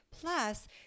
plus